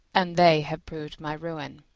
and they have proved my ruin.